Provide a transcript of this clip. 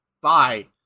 Bye